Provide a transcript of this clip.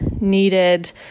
needed